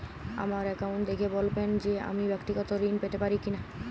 আমার অ্যাকাউন্ট দেখে বলবেন যে আমি ব্যাক্তিগত ঋণ পেতে পারি কি না?